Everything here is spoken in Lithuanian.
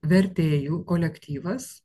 vertėjų kolektyvas